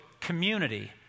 community